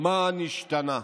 מה נשתנה?